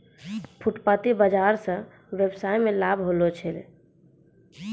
फुटपाटी बाजार स वेवसाय मे लाभ होलो छै